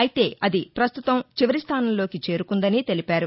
అయితే అది ప్రస్తుతం చివరి స్థానంలోకి చేరుకుందని తెలిపారు